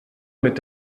mit